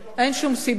או לקטוף מהעץ.